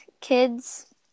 kids